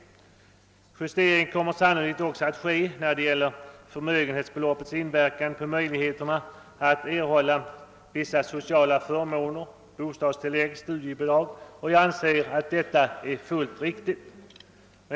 En justering kommer sannolikt också att göras när det gäller förmögenhetsbeloppets inverkan på möjligheterna att erhålla vissa sociala förmåner, bostadstillägg, studiebidrag etc., och jag anser detta vara fullt riktigt.